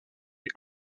est